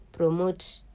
promote